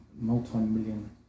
multi-million